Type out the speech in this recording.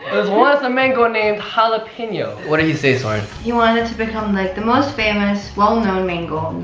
there's once a mango named jalapeno what did he say, sorn? he wanted to become like the most famous, well-known mango